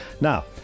Now